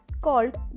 called